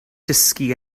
dysgu